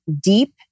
deep